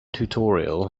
tutorial